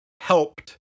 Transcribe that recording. helped